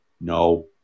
No